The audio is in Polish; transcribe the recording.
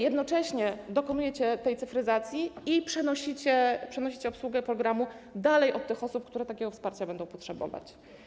Jednocześnie dokonujecie tej cyfryzacji i przenosicie obsługę programu dalej od tych osób, które takiego wsparcia będą potrzebować.